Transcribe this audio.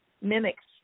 mimics